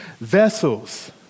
vessels